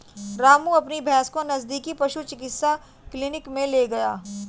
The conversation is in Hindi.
रामू अपनी भैंस को नजदीकी पशु चिकित्सा क्लिनिक मे ले गया